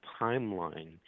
timeline